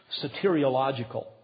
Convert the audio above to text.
soteriological